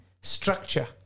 structure